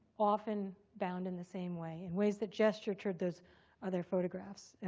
often bound in the same way, in ways that gesture toward those other photographs.